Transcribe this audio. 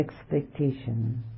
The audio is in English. expectation